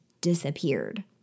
disappeared